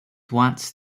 once